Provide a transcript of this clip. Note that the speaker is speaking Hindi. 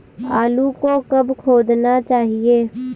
आलू को कब खोदना चाहिए?